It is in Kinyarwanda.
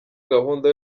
gahunda